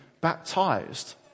baptized